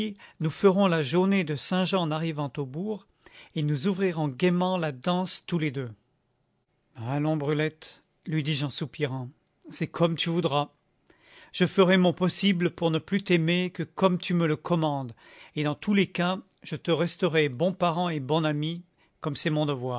nous ferons la jaunée de saint-jean en arrivant au bourg et nous ouvrirons gaiement la danse tous les deux allons brulette lui dis-je en soupirant c'est comme tu voudras je ferai mon possible pour ne plus t'aimer que comme tu me le commandes et dans tous les cas je te resterai bon parent et bon ami comme c'est mon devoir